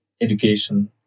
education